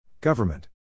Government